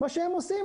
ומה הם עושים?